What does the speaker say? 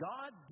God